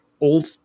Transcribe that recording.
old